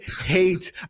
hate